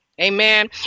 Amen